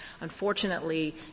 Unfortunately